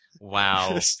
Wow